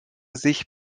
sich